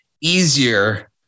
easier